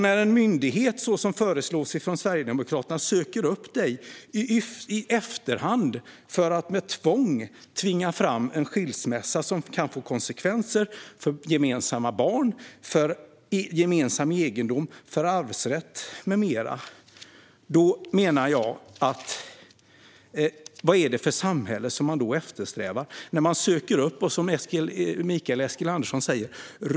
När en myndighet, så som föreslås från Sverigedemokraterna, söker upp dig i efterhand för att med tvång tvinga fram en skilsmässa som kan få konsekvenser för gemensamma barn, gemensam egendom, arvsrätt med mera undrar jag vad det är för samhället man eftersträvar. Det handlar om att man "söker upp och röker ut", som Mikael Eskilandersson säger.